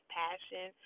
passion